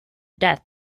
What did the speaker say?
death